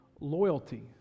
Loyalty